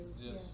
Yes